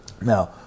Now